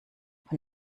von